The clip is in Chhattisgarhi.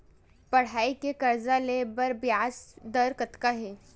पढ़ई के कर्जा ले बर ब्याज दर कतका हे?